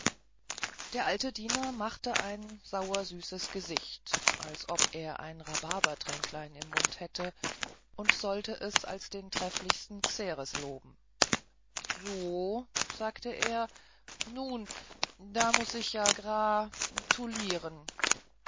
der alte diener machte ein sauersüßes gesicht als ob er ein rhabarbertränklein im mund hätte und sollte es als den trefflichsten xeres loben so o sagte er nun da muß ich ja